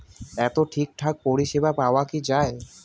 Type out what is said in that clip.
এতে ঠিকঠাক পরিষেবা পাওয়া য়ায় কি?